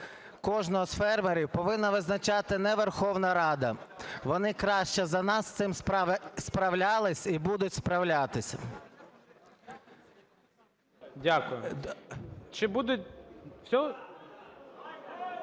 кожного з фермерів повинна визначати не Верховна Рада, вони краще за нас з цим справлялися і будуть справлятись. ГОЛОВУЮЧИЙ.